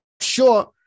sure